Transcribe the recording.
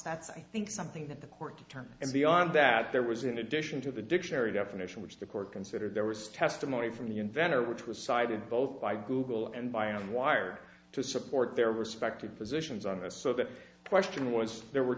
that's i think something that the court determined and beyond that there was in addition to the dictionary definition which the court considered there was testimony from the inventor which was cited both by google and by and wired to support their respective positions on this so the question was there were